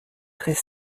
très